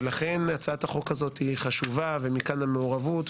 ולכן הצעת החוק הזאת היא חשובה ומכאן המעורבות.